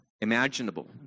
imaginable